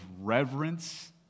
reverence